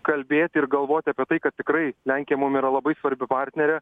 kalbėti ir galvoti apie tai kad tikrai lenkija mum yra labai svarbi partnerė